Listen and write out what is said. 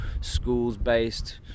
schools-based